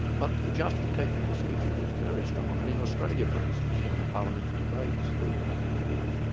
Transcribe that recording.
but the justificatory procedure was very strong, and in australia for instance, in the parliamentary debates building up to the war,